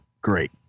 great